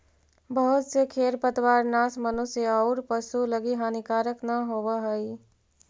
बहुत से खेर पतवारनाश मनुष्य औउर पशु लगी हानिकारक न होवऽ हई